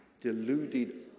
deluded